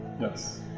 Yes